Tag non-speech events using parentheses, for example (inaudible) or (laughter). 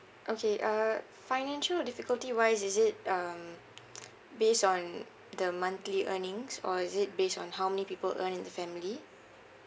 okay uh financial difficulty wise is it um (noise) based on the monthly earnings or is it based on how many people earn in the family